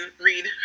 read